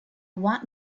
want